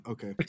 Okay